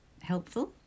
helpful